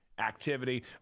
activity